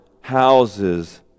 houses